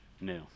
new